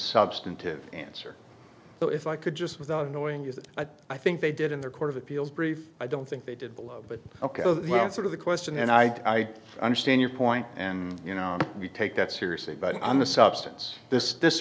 substantive answer so if i could just without annoying is that i think they did in the court of appeals brief i don't think they did below but ok well sort of the question and i understand your point and you know we take that seriously but on the substance this this